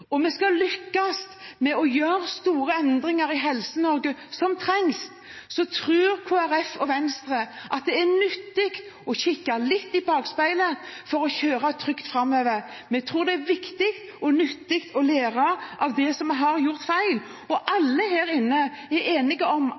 og vi skal lykkes med å gjøre store endringer som trengs i Helse-Norge, tror Kristelig Folkeparti og Venstre at det er nyttig å kikke litt i bakspeilet for å kjøre trygt framover. Vi tror det er viktig og nyttig å lære av det som er gjort feil. Alle her er enige om